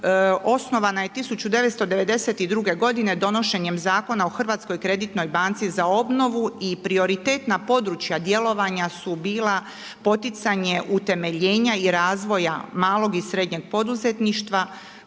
osnovana je 1992. godine donošenjem Zakona o Hrvatskoj kreditnoj banci za obnovu. I prioritetna područja djelovanja su bila poticanje utemeljenja i razvoja malog i srednjeg poduzetništva,